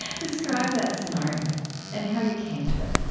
describe that scenario and how you came to it